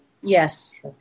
Yes